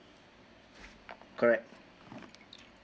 correct